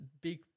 big